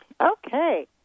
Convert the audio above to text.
okay